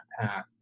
path